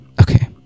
okay